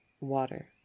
water